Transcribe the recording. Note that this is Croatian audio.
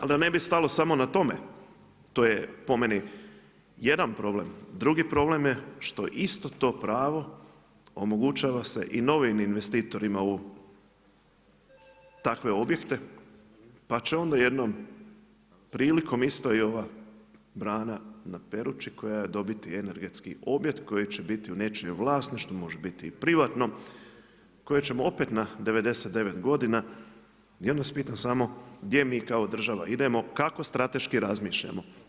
Ali, da ne bi stalo samo na tome, to je po meni jedan problem, drugi problem, je što isto to pravo, omogućava se i novim investitorima au u takve objekte, pa će onda jednom prilikom isto i ova brana na Perući koja dobiti energetski objed koja će biti u nečijim vlasništvu, može biti i u privatnom, koje ćemo opet na 99 g. i onda vas pitam samo gdje mi kao država idemo, kako strateški razmišljamo.